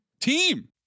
team